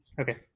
Okay